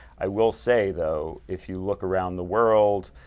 i will say, though, if you look around the world,